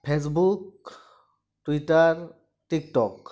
Facebook Twitter TikTok